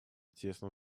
тесно